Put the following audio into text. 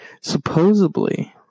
Supposedly